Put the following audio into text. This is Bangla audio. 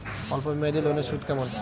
অল্প মেয়াদি লোনের সুদ কেমন?